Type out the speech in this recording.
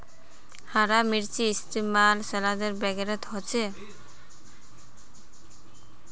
हरा मिर्चै इस्तेमाल सलाद वगैरहत होचे